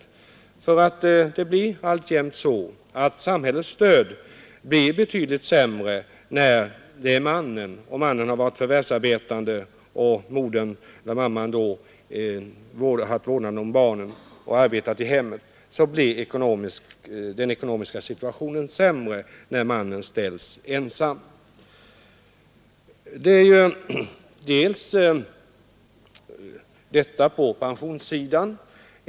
Samhällets stöd blir alltjämt betydligt sämre när det är mannen som ställs ensam, då endast han har varit förvärvsarbetande medan modern har haft vårdnaden om barnen och arbetat i hemmet. Den ekonomiska situationen blir alltså sämre när mannen ställs ensam. Detta gäller pensionssidan.